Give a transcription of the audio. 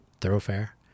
thoroughfare